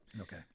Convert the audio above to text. Okay